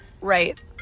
Right